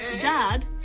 Dad